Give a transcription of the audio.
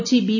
Kochi B